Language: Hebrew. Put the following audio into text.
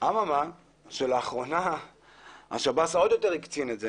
אבל לאחרונה שירות בתי הסוהר עוד יותר הקצין את זה